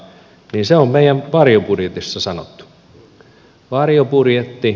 se on meidän varjobudjetissamme sanottu